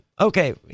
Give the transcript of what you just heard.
okay